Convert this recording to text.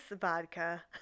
vodka